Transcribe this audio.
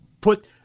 put